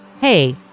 hey